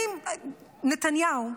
נתניהו,